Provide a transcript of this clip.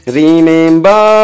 remember